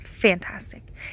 fantastic